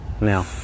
now